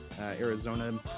Arizona